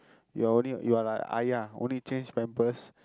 you're only you're like ஆயா:aayaa only change pampers